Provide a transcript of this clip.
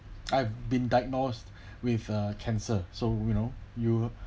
I've been diagnosed with a cancer so you know you